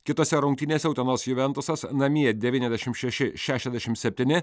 kitose rungtynėse utenos juventusas namie devyniasdešim šeši šešiasdešim septyni